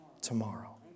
tomorrow